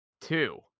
two